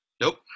nope